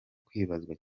kwibazwa